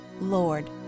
Lord